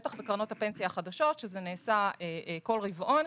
בטח בקרנות הפנסיה החדשות שזה נעשה כל רבעון,